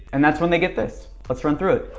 and that's when they get this let's, run through it.